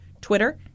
Twitter